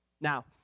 Now